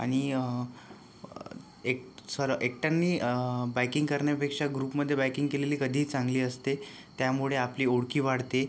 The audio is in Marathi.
आणि एक सर एकट्याने बाइकिंग करण्यापेक्षा ग्रुपमध्ये बाइकिंग केलेली कधीही चांगली असते त्यामुळे आपली ओळख वाढते